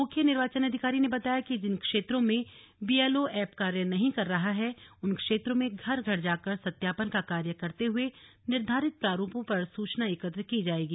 मुख्य निर्वाचन अधिकारी ने बताया कि जिन क्षेत्रों में बीएलओ एप कार्य नहीं कर रहा है उन क्षेत्रों में घर घर जाकर सत्यापन का कार्य करते हुए निर्धारित प्रारूपों पर सूचना एकत्र की जाएगी